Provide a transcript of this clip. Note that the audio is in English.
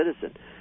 citizen